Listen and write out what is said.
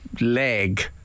leg